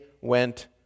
went